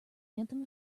anthem